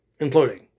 imploding